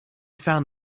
found